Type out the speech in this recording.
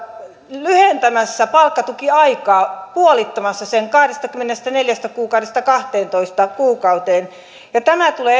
lyhentämässä palkkatukiaikaa puolittamassa sen kahdestakymmenestäneljästä kuukaudesta kahteentoista kuukauteen ja tämä tulee